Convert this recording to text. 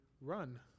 run